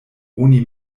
oni